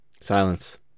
silence